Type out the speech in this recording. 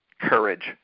courage